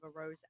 arose